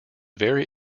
very